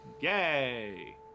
Yay